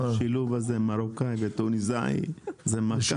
מרוקאים ותוניסאים זה מכה.